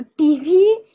tv